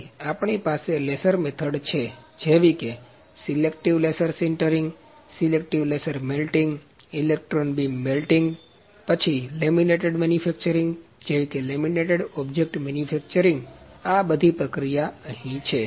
પછી આપણી પાસે લેસર મેથડ જેવી કે selective laser sintering selective laser melting electron beam melting પછી લેમિનેટેડ મેનુફેક્ચરિંગ જેવી કે લેમિનેટ ઓબ્જેક્ટ મેનુફેક્ચરિંગ આ બધી પ્રકિયા અહી છે